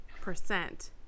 percent